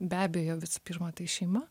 be abejo visų pirma tai šeima